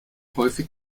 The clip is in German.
häufig